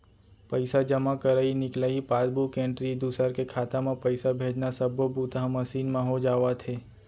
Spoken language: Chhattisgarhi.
पइसा जमा करई, निकलई, पासबूक एंटरी, दूसर के खाता म पइसा भेजना सब्बो बूता ह मसीन म हो जावत हे